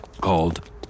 called